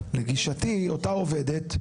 לגישתי אותה עובדת,